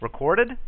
Recorded